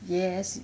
yes